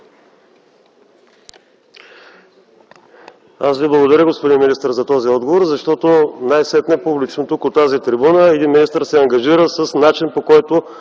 Аз Ви благодаря, господин министър, за този отговор, защото най-сетне публично тук от тази трибуна един министър се ангажира с начин, по който